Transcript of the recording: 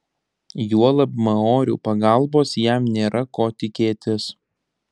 juolab maorių pagalbos jam nėra ko tikėtis